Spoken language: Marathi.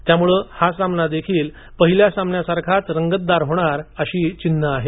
त्यामुळं हा सामना देखील पहिल्या सामन्यासारखाच रंगतदार होणार अशी चिन्हं आहेत